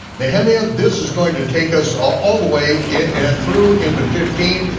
nehemia, this is going to take us all the way through into fifteen,